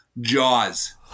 Jaws